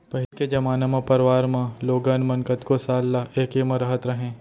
पहिली के जमाना म परवार म लोगन मन कतको साल ल एके म रहत रहें